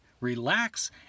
relax